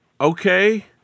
okay